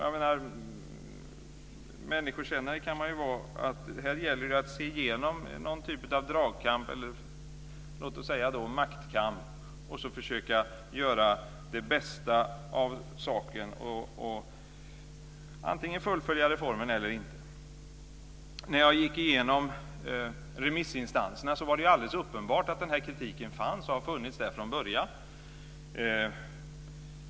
Man kan vara människokännare, och här gäller det att se igenom någon typ av dragkamp eller låt oss säga maktkamp, försöka göra det bästa av saken och antingen fullfölja reformen eller inte. När jag gick igenom remissinstanserna var det alldeles uppenbart att denna kritik fanns, och att den har funnits där från början.